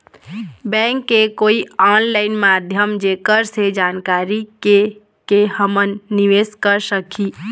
Bank के कोई online माध्यम जेकर से जानकारी के के हमन निवेस कर सकही?